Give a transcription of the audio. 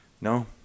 No